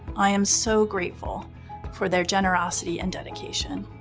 i am so grateful for their generosity and dedication.